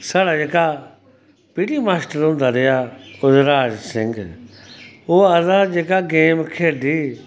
साढ़ा जेह्का PT master होंदा रेहा ओह् आखदा हा जेह्का गेम खेढी